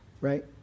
right